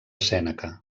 sèneca